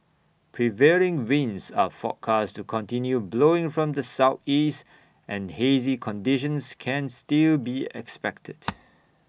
prevailing winds are forecast to continue blowing from the Southeast and hazy conditions can still be expected